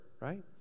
Right